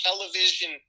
television